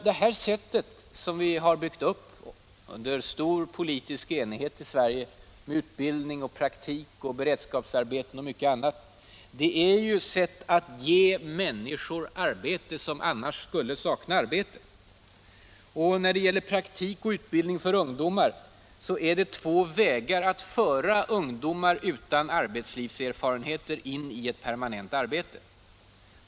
Det här systemet, som vi har byggt upp i Sverige under stor politisk enighet, med utbildning, praktik, beredskapsarbeten osv. är ju ett sätt att ge människor arbete som annars skulle sakna arbete. Praktik och utbildning för ungdomar är två vägar att föra ungdomar utan arbetslivserfarenhet in i ett permanent arbete.